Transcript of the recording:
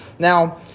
Now